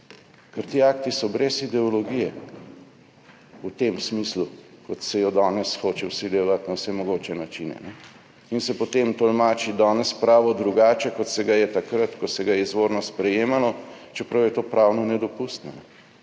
so ti akti brez ideologije v tem smislu, kot se jo danes hoče vsiljevati na vse mogoče načine. Danes se pravo tolmači drugače, kot se je takrat, ko se ga je izvorno sprejemalo, čeprav je to pravno nedopustno.